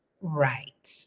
Right